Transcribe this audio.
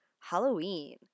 Halloween